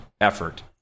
effort